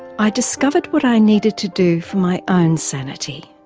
i discovered what i needed to do for my own sanity,